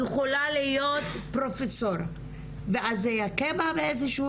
יכולה להיות פרופסור ואז זה יכה בה באיזשהו